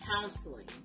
counseling